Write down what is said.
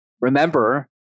Remember